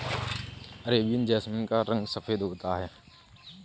Arabian jasmine का रंग सफेद होता है